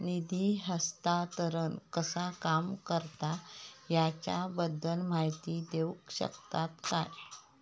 निधी हस्तांतरण कसा काम करता ह्याच्या बद्दल माहिती दिउक शकतात काय?